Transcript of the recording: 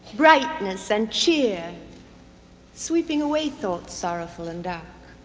brightness and cheer sweeping away thoughts sorrowful and dark